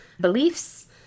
beliefs